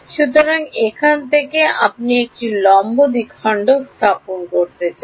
সুতরাং এখন থেকে আপনি একটি লম্ব দ্বিখণ্ডক স্থাপন করতে চান